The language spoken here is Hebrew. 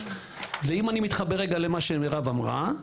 אם אני מתחבר רגע למה שמירב אמרה,